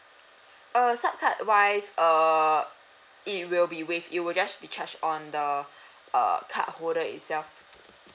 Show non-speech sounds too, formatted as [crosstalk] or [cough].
uh sub card wise err it will be waved you will just be charged on the [breath] uh cardholder itself